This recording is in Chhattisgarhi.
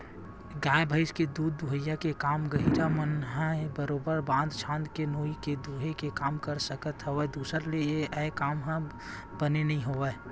गाय भइस के दूद दूहई के काम ल गहिरा मन ह ही बरोबर बांध छांद के नोई ले दूहे के काम कर सकत हवय दूसर ले ऐ काम ह बने नइ बनय